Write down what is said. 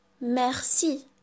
Merci